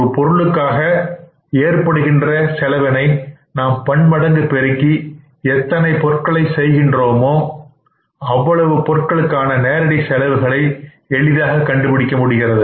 ஒரு பொருளுக்காக ஏற்படுகின்ற செலவினை நாம் பன்மடங்கு பெருக்கி எத்தனை பொருட்களை செய்கின்றோமோ அவ்வளவு பொருட்களுக்கான நேரடி செலவுகளை எளிதாக கண்டுபிடிக்க முடிகிறது